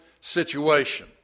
situation